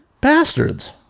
Bastards